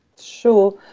Sure